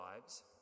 lives